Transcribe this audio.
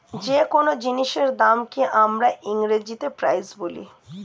যে কোন জিনিসের দামকে আমরা ইংরেজিতে প্রাইস বলি